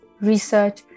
research